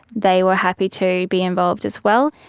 they were happy to be involved as well,